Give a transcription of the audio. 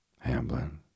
Hamblin